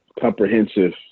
Comprehensive